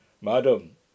Madam